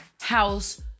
house